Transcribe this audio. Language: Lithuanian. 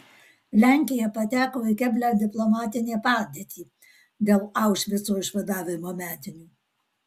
lenkija pateko į keblią diplomatinę padėtį dėl aušvico išvadavimo metinių